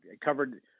covered